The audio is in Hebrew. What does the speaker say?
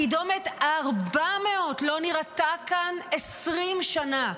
הקידומת 400 לא נראתה כאן 20 שנה.